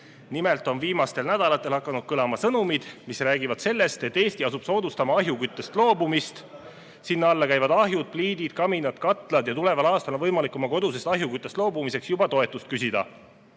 Nimelt on viimastel nädalatel hakanud kõlama sõnumid, mis räägivad sellest, et Eesti asub soodustama ahjuküttest loobumist. Sinna alla käivad ahjud, pliidid, kaminad ja katlad. Juba tuleval aastal on võimalik oma kodusest ahjuküttest loobumiseks toetust küsida.